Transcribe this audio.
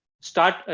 start